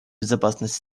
безопасность